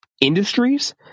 industries